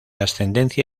ascendencia